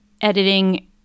editing